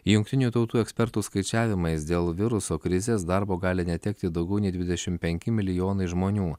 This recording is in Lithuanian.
jungtinių tautų ekspertų skaičiavimais dėl viruso krizės darbo gali netekti daugiau nei dvidešimt penki milijonai žmonių